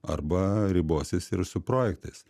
arba ribosis ir su projektais